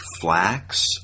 flax